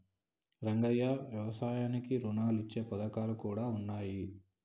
రంగయ్య యవసాయానికి రుణాలు ఇచ్చే పథకాలు కూడా ఉన్నాయి